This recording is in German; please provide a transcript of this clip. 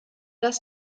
das